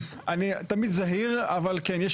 אני תמיד זהיר אבל כן.